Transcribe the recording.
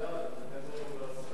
ועדת הכנסת